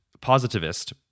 positivist